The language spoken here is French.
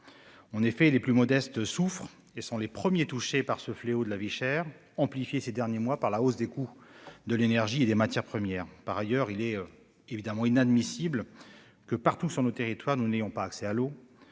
de vie. Les plus modestes souffrent et sont les premiers touchés par ce fléau de la vie chère, amplifié, ces derniers mois, par la hausse des coûts de l'énergie et des matières premières. Par ailleurs, il est inadmissible que nous n'ayons pas partout sur nos territoires accès à l'eau,